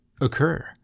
occur